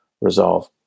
resolve